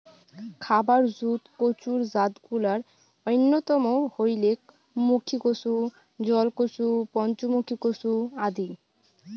খাবার জুত কচুর জাতগুলার অইন্যতম হইলেক মুখীকচু, জলকচু, পঞ্চমুখী কচু আদি